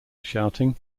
shouting